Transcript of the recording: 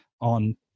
on